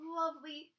lovely